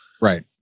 Right